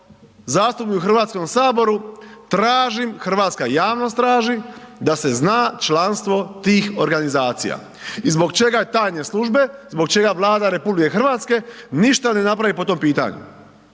zastupnik u HS-u tražim, hrvatska jasnost traži da se zna članstvo tih organizacija i zbog čega tajne službe, zbog čega Vlada RH ništa ne napravi po tom pitanju.